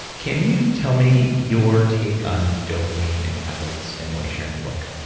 can you tell me your take on dopamine and habits and what you share in the book?